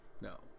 No